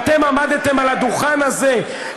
אתם עמדתם על הדוכן הזה,